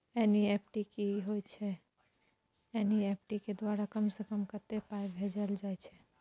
NEFT की होय छै एन.ई.एफ.टी के द्वारा कम से कम कत्ते पाई भेजल जाय छै?